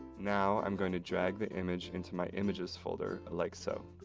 now, i'm going to drag the image into my images folder, like so.